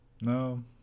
No